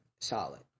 Solid